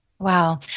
Wow